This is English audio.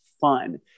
fun